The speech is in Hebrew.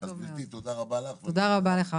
אז גברתי, תודה רבה לך.